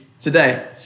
today